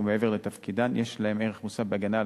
ומעבר לתפקידן יש להם ערך מוסף בהגנה על